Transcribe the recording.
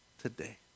today